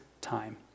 time